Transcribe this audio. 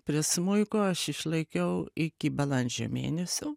prie smuiko aš išlaikiau iki balandžio mėnesio